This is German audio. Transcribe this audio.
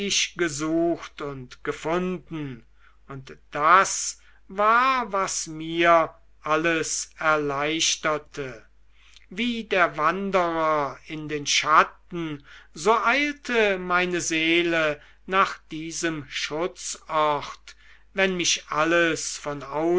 gesucht und gefunden und das war was mir alles erleichterte wie der wanderer in den schatten so eilte meine seele nach diesem schutzort wenn mich alles